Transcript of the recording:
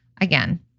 again